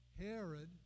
Herod